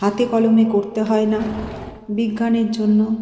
হাতে কলমে করতে হয় না বিজ্ঞানের জন্য